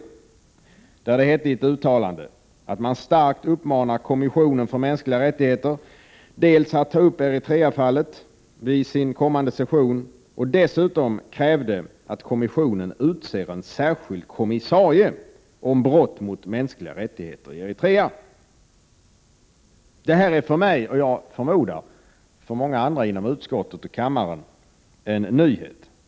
Av ett uttalande framgick det att Genéevekonferensen starkt uppmanade kommissionen för mänskliga rättigheter att diskutera Eritreafallet vid sin kommande session och ställde krav på att kommissionen utser en särskild kommissarie för brott mot mänskliga rättigheter i Eritrea. Detta är för mig, och jag förmodar för många andra i utskottet och i kammaren, en nyhet.